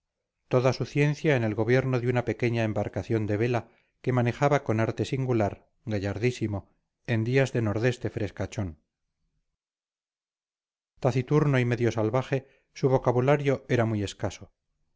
toda su ciencia en el gobierno de una pequeña embarcación de vela que manejaba con arte singular gallardísimo en días de nordeste frescachón taciturno y medio salvaje su vocabulario era muy escaso